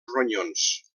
ronyons